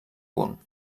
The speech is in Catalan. punt